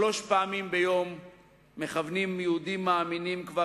שלוש פעמים ביום מכוונים יהודים מאמינים כבר